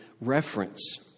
reference